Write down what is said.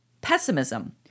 Pessimism